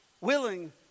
willing